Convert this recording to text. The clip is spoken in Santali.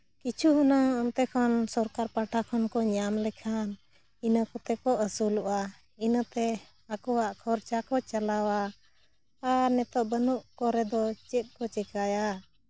ᱠᱤᱪᱷᱩ ᱦᱩᱱᱟᱹᱝ ᱚᱱᱛᱮ ᱠᱷᱚᱱ ᱥᱚᱨᱠᱟᱨ ᱯᱟᱦᱴᱟ ᱥᱮᱱ ᱠᱚ ᱧᱟᱢ ᱞᱮᱠᱷᱟᱱ ᱤᱱᱟᱹ ᱠᱚᱛᱮ ᱠᱚ ᱟᱹᱥᱩᱞᱚᱜᱼᱟ ᱤᱱᱟᱹᱛᱮ ᱟᱠᱚᱣᱟᱜ ᱠᱷᱚᱨᱪᱟ ᱠᱚ ᱪᱟᱞᱟᱣᱟ ᱟᱨ ᱱᱤᱛᱚᱜ ᱵᱟᱹᱱᱩᱜ ᱠᱚ ᱨᱮᱫᱚ ᱪᱮᱫ ᱠᱚ ᱪᱤᱠᱟᱹᱭᱟ